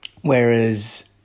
whereas